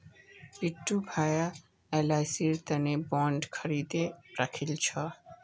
बिट्टू भाया एलआईसीर तीन बॉन्ड खरीदे राखिल छ